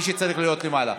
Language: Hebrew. מי שצריך להיות למעלה.